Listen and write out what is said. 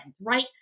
right